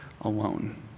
alone